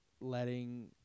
letting